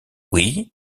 oui